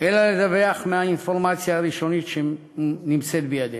אלא לדווח לפי האינפורמציה הראשונית שנמצאת בידינו.